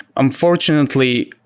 unfortunately,